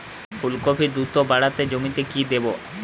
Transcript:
ফুলকপি দ্রুত বাড়াতে জমিতে কি দেবো?